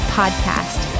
podcast